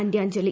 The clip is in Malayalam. അന്ത്യാഞ്ജലി